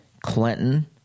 Clinton